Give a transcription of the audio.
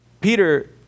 Peter